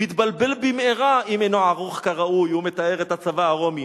מתבלבל במהרה אם אינו ערוך כראוי" הוא מתאר את הצבא הרומי,